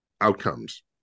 outcomes